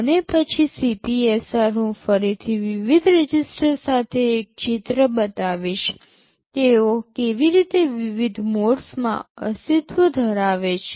અને પછી CPSR હું પછીથી વિવિધ રજિસ્ટર સાથે એક ચિત્ર બતાવીશ તેઓ કેવી રીતે વિવિધ મોડસમાં અસ્તિત્વ ધરાવે છે